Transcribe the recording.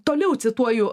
toliau cituoju